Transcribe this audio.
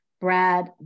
Brad